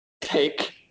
take